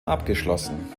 abgeschlossen